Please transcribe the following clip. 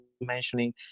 Mentioning